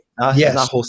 Yes